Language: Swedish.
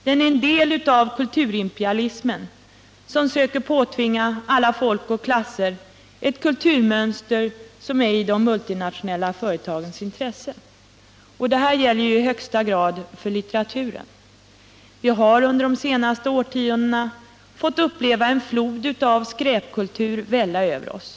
Den är en del av kulturimperialismen, som söker påtvinga 65 alla folk och klasser ett kulturmönster som är i de multinationella företagens intresse.” Detta gäller i högsta grad för litteraturen. Vi har under de senaste årtiondena fått uppleva en flod av skräpkultur välla över oss.